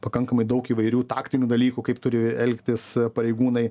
pakankamai daug įvairių taktinių dalykų kaip turi elgtis pareigūnai